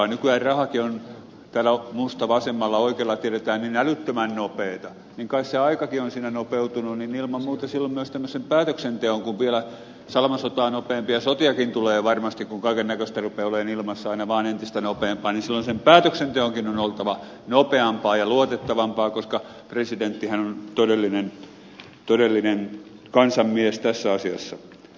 kun nykyään rahakin täällä minusta vasemmalla ja oikealla se tiedetään on niin älyttömän nopeata niin kai se aikakin on siinä nopeutunut ja ilman muuta silloin kun vielä salamasotaa nopeampia sotiakin tulee varmasti ja kaikennäköistä aina vaan entistä nopeampaa rupeaa olemaan ilmassa myös tämmöisen päätöksenteon on oltava nopeampaa ja luotettavampaa koska presidenttihän on todellinen kansanmies tässä asiassa